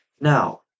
Now